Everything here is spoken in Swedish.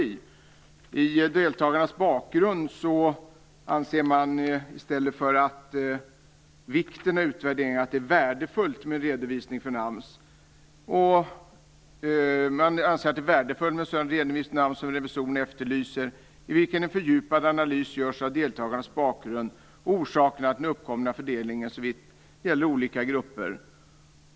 Beträffande deltagarnas bakgrund anser man att det är "värdefullt med en sådan redovisning från AMS som revisorerna efterlyser, i vilken en fördjupad analys görs av deltagarnas bakgrund och orsakerna till den uppkomna fördelningen såvitt gäller olika grupper."